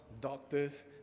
doctors